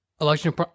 election